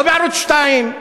לא בערוץ 2,